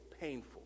painful